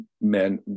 men